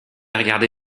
regardé